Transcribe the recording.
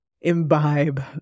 imbibe